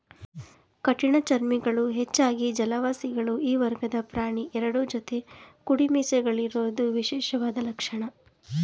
ಕಠಿಣಚರ್ಮಿಗಳು ಹೆಚ್ಚಾಗಿ ಜಲವಾಸಿಗಳು ಈ ವರ್ಗದ ಪ್ರಾಣಿ ಎರಡು ಜೊತೆ ಕುಡಿಮೀಸೆಗಳಿರೋದು ವಿಶೇಷವಾದ ಲಕ್ಷಣ